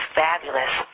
fabulous